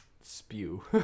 spew